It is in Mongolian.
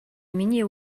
миний